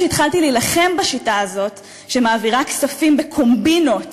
כשהתחלתי להילחם בשיטה הזאת שמעבירה כספים בקומבינות